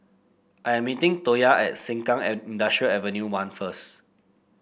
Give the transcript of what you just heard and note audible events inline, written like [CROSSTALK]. I am meeting Toya at Sengkang [UNINTELLIGIBLE] Industrial Avenue One first